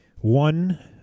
One